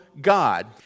God